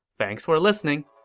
thanks for listening!